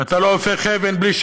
ואתה לא הופך אבן בלי,